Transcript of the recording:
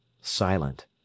silent